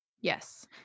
Yes